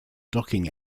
docking